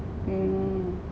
mm